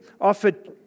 offered